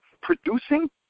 producing